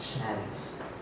chance